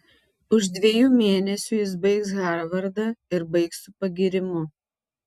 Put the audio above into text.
už dviejų mėnesių jis baigs harvardą ir baigs su pagyrimu